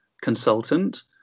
consultant